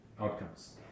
outcomes